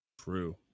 True